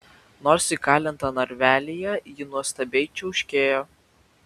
nors įkalinta narvelyje ji nuostabiai čiauškėjo